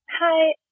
Hi